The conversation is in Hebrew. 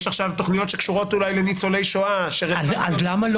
יש עכשיו תכניות שאולי קשורות לניצולי שואה -- אז למה לא